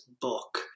book